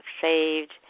saved